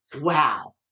wow